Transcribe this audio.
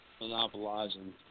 monopolizing